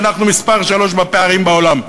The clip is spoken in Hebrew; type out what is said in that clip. ואנחנו מספר שלוש בפערים בעולם,